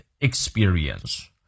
experience